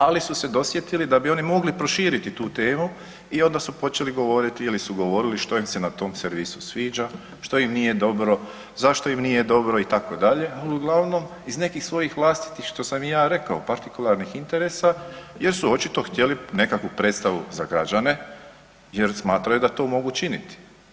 Ali su se dosjetili da bi oni mogli proširiti tu temu i onda su počeli govoriti ili su govorili što im se na tom servisu sviđa, što im nije dobro, zašto im nije dobro itd., ali uglavnom iz nekih svojih vlastitih što sam i ja rekao partikularnih interesa jer su očito htjeli nekakvu predstavu za građane jer smatraju da to mogu činiti.